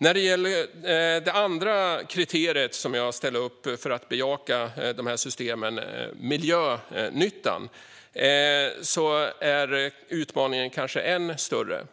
När det gäller det andra kriterium som jag ställer upp för att bejaka dessa system - miljönyttan - är utmaningen kanske än större.